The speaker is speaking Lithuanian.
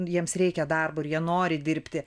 jiems reikia darbo ir jie nori dirbti